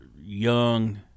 young